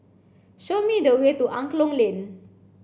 show me the way to Angklong Lane